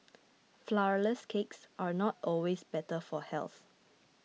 Flourless Cakes are not always better for health